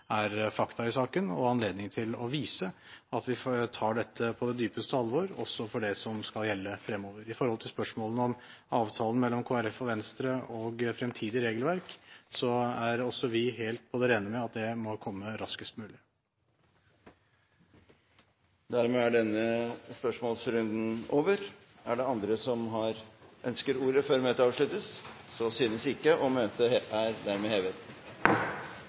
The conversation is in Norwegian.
er fakta i saken, og anledning til å vise at vi tar dette på det dypeste alvor, også for det som skal gjelde fremover. Når det gjelder spørsmålene om avtalen mellom Kristelig Folkeparti og Venstre og fremtidig regelverk, så er også vi helt på det rene med at det må komme raskest mulig. Dermed er denne spørsmålsrunden over. Er det andre som ønsker ordet før møtet heves? – Møtet er hevet.